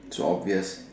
so obvious